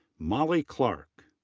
molly clark.